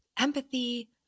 empathy